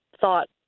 thought